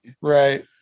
right